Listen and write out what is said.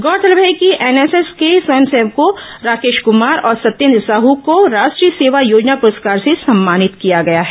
गौरतलब है कि एनएसएस के स्वयंसेवक राकेश कुमार और सत्येन्द्र साहू को राष्ट्रीय सेवा योजना पुरस्कार से सम्मानित किया गया है